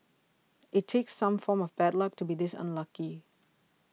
it takes some form of bad luck to be this unlucky